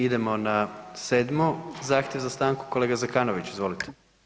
I idemo na 7. zahtjev za stanku, kolega Zekanović, izvolite.